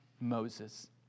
Moses